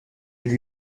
lui